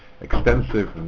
extensive